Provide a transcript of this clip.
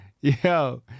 Yo